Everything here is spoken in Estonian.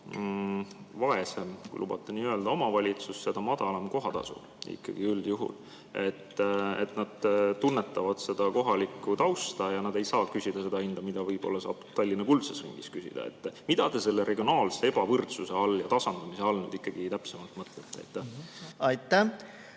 vaesem – kui lubate nii öelda – omavalitsus, seda madalam kohatasu üldjuhul. Nad tunnetavad kohalikku tausta ja nad ei saa küsida seda hinda, mida võib-olla saab Tallinna kuldses ringis küsida. Mida te selle regionaalse ebavõrdsuse ja tasandamise all ikkagi täpsemalt mõtlete? Aitäh,